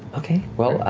okay, well,